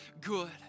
good